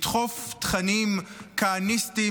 לדחוף תכנים כהניסטיים,